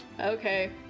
okay